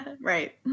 Right